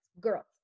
girls